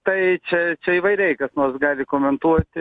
tai čia čia įvairiai kas nors gali komentuoti